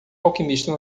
alquimista